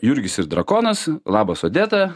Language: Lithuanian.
jurgis ir drakonas labas odeta